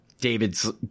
David's